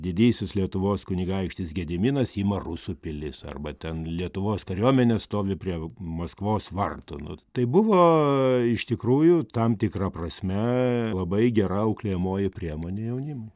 didysis lietuvos kunigaikštis gediminas ima rusų pilis arba ten lietuvos kariuomenė stovi prie maskvos vartų nu tai buvo iš tikrųjų tam tikra prasme labai gera auklėjamoji priemonė jaunimui